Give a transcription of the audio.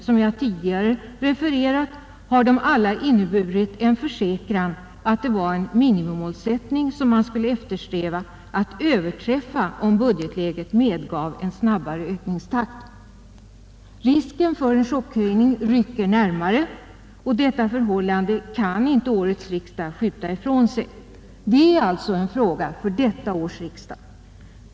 Som jag tidigare refererat har de alla inneburit en försäkran att det var en minimimålsättning som man skulle eftersträva att överträffa om budgetläget medgav en snabbare ökningstakt. Risken för en chockhöjning rycker närmare, och detta förhållande kan årets riksdag inte skjuta ifrån sig. Det är alltså en fråga för 1971 års riksdag.